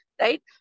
right